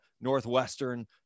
Northwestern